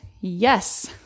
Yes